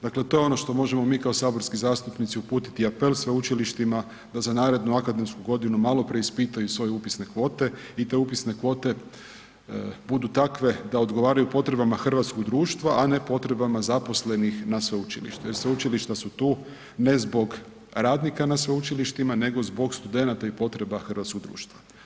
Dakle, to je ono što možemo mi kao saborski zastupnici uputiti apel sveučilištima da za narednu akademsku godinu malo preispitaju svoje upisne kvote i te upisne kvote budu takve da odgovaraju potrebama hrvatskog društva, a ne potrebama zaposlenih na sveučilištu, jer sveučilišta su tu ne zbog radnika na sveučilištima nego zbog studenata i potreba hrvatskog društva.